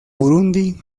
burundi